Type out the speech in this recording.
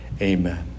Amen